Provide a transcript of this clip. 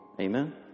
Amen